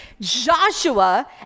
Joshua